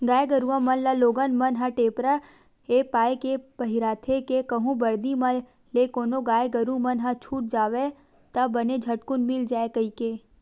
गाय गरुवा मन ल लोगन मन ह टेपरा ऐ पाय के पहिराथे के कहूँ बरदी म ले कोनो गाय गरु मन ह छूट जावय ता बने झटकून मिल जाय कहिके